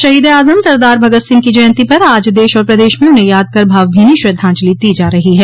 शहीदे आजम सरदार भगत सिंह की जयन्ती पर आज देश और प्रदेश में उन्हें याद कर भावभीनी श्रद्धाजंलि दी जा रही है